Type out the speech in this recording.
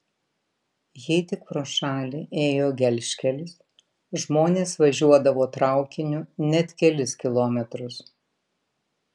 jei tik pro šalį ėjo gelžkelis žmonės važiuodavo traukiniu net kelis kilometrus